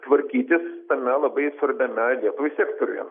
tvarkytis tame labai svarbiame lietuvai sektoriuje